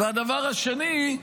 והדבר השני,